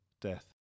death